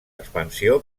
expansió